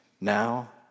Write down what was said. now